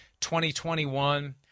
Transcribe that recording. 2021